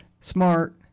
smart